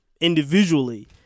individually